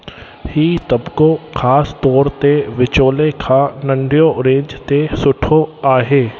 हीअ तबक़ो ख़ासि तौरु ते विचोले खां नंढियो रेंज ते सुठो आहे